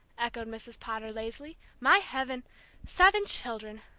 echoed mrs. potter, lazily. my heaven seven children!